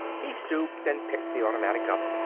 he stooped and picked the automatic up.